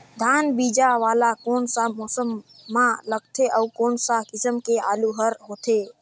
धान बीजा वाला कोन सा मौसम म लगथे अउ कोन सा किसम के आलू हर होथे?